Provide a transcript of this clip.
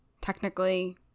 technically